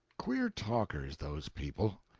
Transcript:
queer talkers, those people.